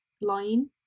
line